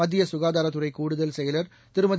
மத்தியசுகாதாரத்துறைகூடுதல் செயலர் திருமதி